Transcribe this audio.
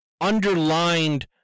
underlined